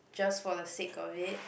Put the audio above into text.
just for the sake of it